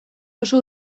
oso